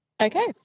Okay